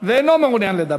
ואינו מעוניין לדבר,